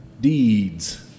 deeds